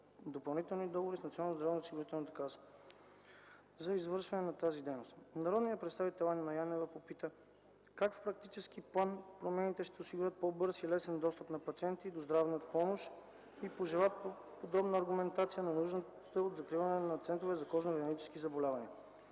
допълнителен договор с Националната здравноосигурителна каса за извършване на тази дейност. Народният представител Ана Янева попита как в практически план промените ще осигурят по-бърз и лесен достъп на пациентите до здравна помощ и пожела по-подробна аргументация на нуждата от закриване на центровете за кожно-венерически заболявания.